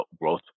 growth